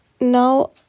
now